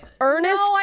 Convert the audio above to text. Ernest